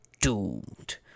doomed